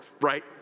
right